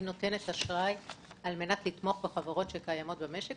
היא נותנת אשראי על מנת לתמוך בחברות שקיימות במשק.